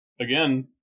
again